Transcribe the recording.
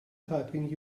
typing